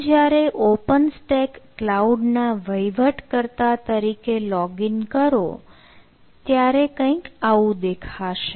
તમે જ્યારે open stack cloud ના વહીવટ કર્તા તરીકે લોગ ઇન કરો ત્યારે કંઈક આવું દેખાશે